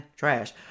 trash